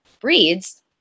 breeds